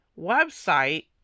website